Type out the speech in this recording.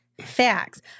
Facts